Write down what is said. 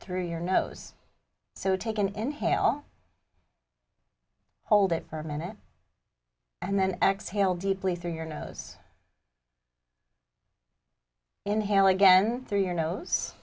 through your nose so take an inhale hold it for a minute and then exhale deeply through your nose inhale again through your nose